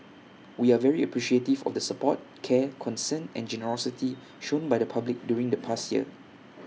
we are very appreciative of the support care concern and generosity shown by the public during the past year